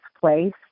place